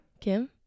Kim